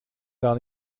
gar